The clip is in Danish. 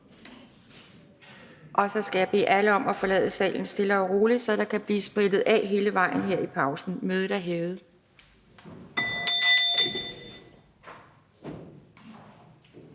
Jeg skal bede alle om at forlade salen stille og roligt, så der kan blive sprittet af hele vejen rundt her i pausen. Mødet er hævet.